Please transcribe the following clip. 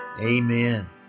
Amen